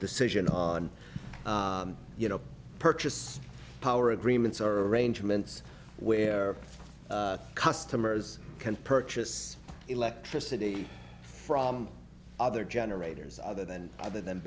decision on you know purchase power agreements or arrangements where customers can purchase electricity from other generators other than other than